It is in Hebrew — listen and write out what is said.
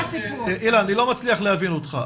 אילן, אני לא מצליח להבין אותך.